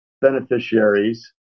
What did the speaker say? beneficiaries